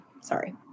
sorry